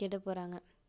கெட்டுப் போகிறாங்க